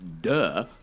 duh